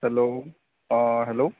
hello অঁ hello